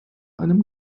einem